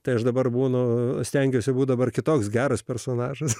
tai aš dabar būnu stengiuosi būti dabar kitoks geras personažas